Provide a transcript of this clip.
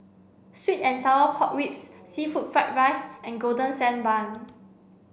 sweet and sour pork ribs seafood fried rice and golden sand bun